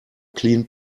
clean